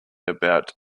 about